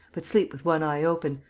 but sleep with one eye open.